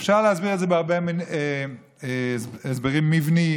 אפשר להסביר את זה בהרבה הסברים מבניים.